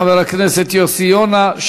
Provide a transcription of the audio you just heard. חבר הכנסת יוסי יונה.